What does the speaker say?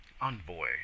Envoy